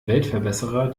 weltverbesserer